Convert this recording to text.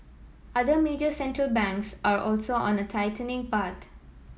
other major Central Banks are also on a tightening but